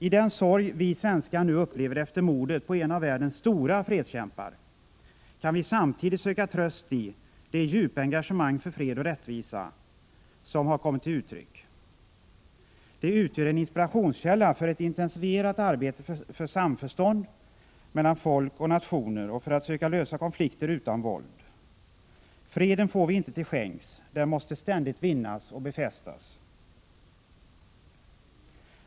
I den sorg vi svenskar nu upplever efter mordet på en av världens stora fredskämpar kan vi samtidigt söka tröst i det djupa engagemang för fred och rättvisa som har kommit till uttryck. Det utgör en inspirationskälla för ett intensifierat arbete för samförstånd mellan folk och nationer och för att söka lösa konflikter utan våld. Freden får vi inte till skänks. Den måste ständigt vinnas och befästas.